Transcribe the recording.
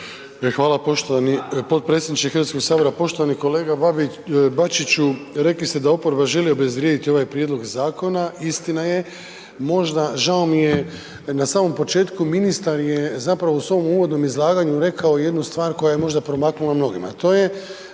Hvala poštovani potpredsjedniče HS. Poštovani kolega Bačiću, rekli ste da oporba želi obezvrijediti ovaj prijedlog zakona. Istina je, možda, žao mi je, na samom početku ministar je zapravo u svom uvodnom izlaganju rekao jednu stvar koja je možda promaknula mnogima.